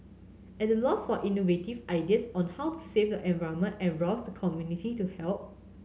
at a loss for innovative ideas on how to save the environment and rouse the community to help